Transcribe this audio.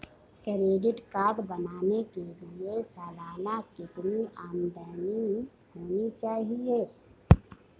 Credit card बनाने के लिए सालाना कितनी आमदनी होनी चाहिए?